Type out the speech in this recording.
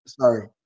Sorry